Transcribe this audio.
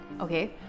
Okay